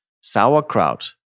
sauerkraut